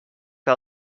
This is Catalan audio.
que